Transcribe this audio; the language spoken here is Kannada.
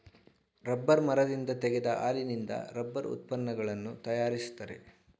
ರಬ್ಬರ್ ಮರದಿಂದ ತೆಗೆದ ಹಾಲಿನಿಂದ ರಬ್ಬರ್ ಉತ್ಪನ್ನಗಳನ್ನು ತರಯಾರಿಸ್ತರೆ